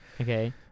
Okay